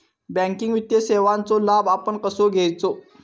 Banking वित्तीय सेवाचो लाभ आपण कसो घेयाचो?